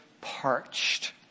parched